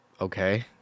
okay